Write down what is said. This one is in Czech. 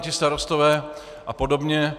Co ti starostové a podobně?